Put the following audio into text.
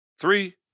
three